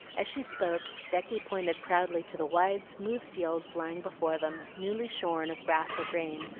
as she spoke, becky pointed proudly to the wide, smooth fields lying before them, newly shorn of grass or grain,